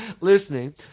listening